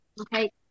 Okay